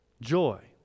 Joy